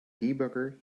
debugger